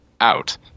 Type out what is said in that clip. out